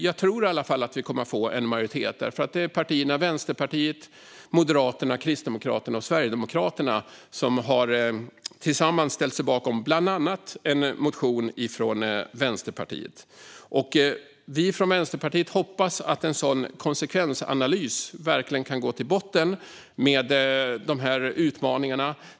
Jag tror i alla fall att det kommer att finnas en majoritet, för Vänsterpartiet, Moderaterna, Kristdemokraterna och Sverigedemokraterna har tillsammans ställt sig bakom bland annat en motion från Vänsterpartiet. Vi från Vänsterpartiet hoppas att en sådan konsekvensanalys verkligen kan gå till botten med dessa utmaningar.